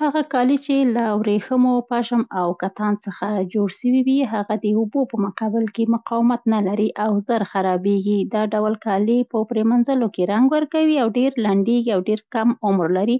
هغه کالي چې له ورېښمو، پشم او کتان څخه جوړ سوي وي هغه د اوبه په مقابل کې مقاومت نه لري او زر خرابېږي. دا ډول کالي په پرمینځولو کې رنګ ورکوي او ډېر لڼدېږي او ډېر کم عمر لري.